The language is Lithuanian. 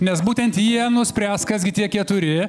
nes būtent jie nuspręs kas gi tie keturi